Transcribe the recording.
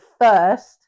first